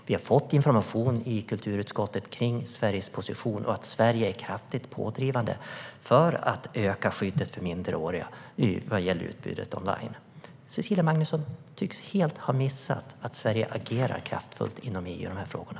Vi har fått information i kulturutskottet om Sveriges position och om att Sverige är kraftigt pådrivande för att öka skyddet för minderåriga vad gäller utbudet online. Cecilia Magnusson tycks helt ha missat att Sverige agerar kraftfullt inom EU i de här frågorna.